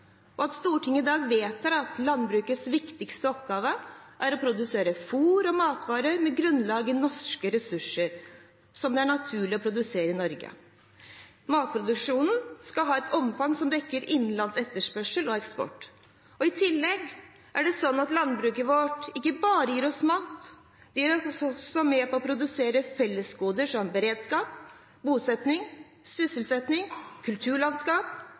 og at Stortinget i dag vedtar at landbrukets viktigste oppgave er å produsere fôr- og matvarer med grunnlag i norske ressurser som det er naturlig å produsere i Norge. Matproduksjonen skal ha et omfang som dekker innenlands etterspørsel og eksport. I tillegg er det sånn at landbruket vårt ikke bare gir oss mat, det er også med på å produsere fellesgoder som beredskap, bosetting, sysselsetting, kulturlandskap